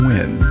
Win